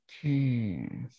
okay